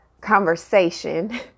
conversation